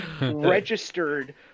registered